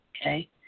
Okay